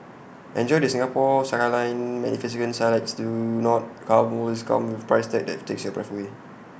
enjoy the Singapore skyline magnificent sights do not carbons come with A price tag that takes your breath away